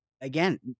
again